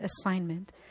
assignment